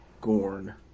Gorn